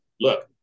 look